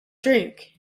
drink